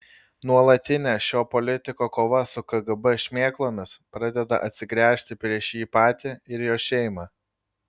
nuolatinė šio politiko kova su kgb šmėklomis pradeda atsigręžti prieš jį patį ir jo šeimą